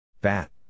Bat